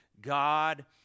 God